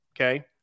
Okay